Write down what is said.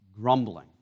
grumbling